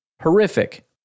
horrific